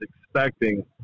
expecting